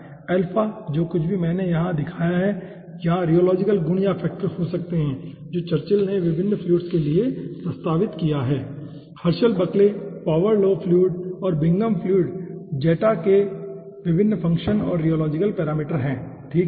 और अल्फा जो कुछ भी मैंने बताया है यहां रियोलॉजिकल गुण या फैक्टर हो सकते हैं जो चर्चिल ने विभिन्न फ्लुइड्स के लिए प्रस्तावित किया है Herschel Bulkley power law fluid और बिंघम फ्लुइड जेटा के विभिन्न फंक्शन और रियोलॉजिकल पैरामीटर ठीक है